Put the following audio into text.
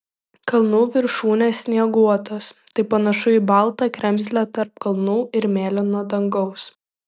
kalnų viršūnės snieguotos tai panašu į baltą kremzlę tarp kalnų ir mėlyno dangaus